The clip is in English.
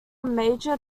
major